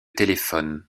téléphones